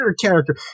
character